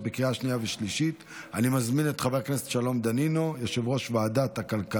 אושרה בקריאה ראשונה ותעבור לדיון בוועדת העבודה